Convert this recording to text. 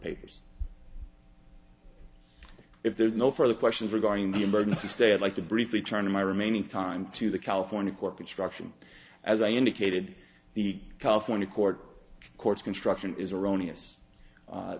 papers if there's no further questions regarding the emergency stay i'd like to briefly turn in my remaining time to the california court construction as i indicated the california court court's construction